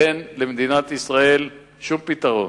אין למדינת ישראל שום פתרון.